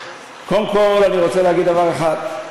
קודם כול, אני רוצה להגיד דבר אחד: